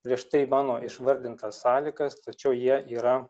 prieš tai mano išvardintas sąlygas tačiau jie yra